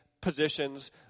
positions